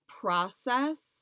process